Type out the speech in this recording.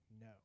no